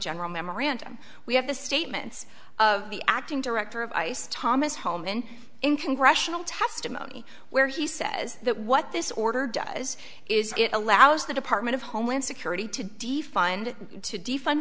general memorandum we have the statements of the acting director of ice thomas home in in congressional testimony where he says that what this order does is it allows the department of homeland security to defund t